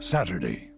Saturday